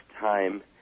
time